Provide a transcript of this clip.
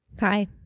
Hi